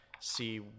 see